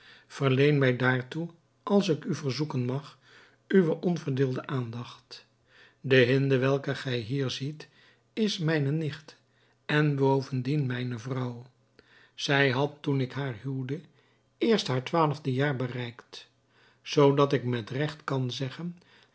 verleen mij daartoe als ik u verzoeken mag uwe onverdeelde aandacht de hinde welke gij hier ziet is mijne nicht en bovendien mijne vrouw zij had toen ik haar huwde eerst haar twaalfde jaar bereikt zoodat ik met regt kan zeggen